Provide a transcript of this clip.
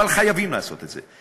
אבל חייבים לעשות את זה.